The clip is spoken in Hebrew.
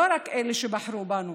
לא רק את אלה שבחרו בנו,